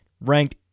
ranked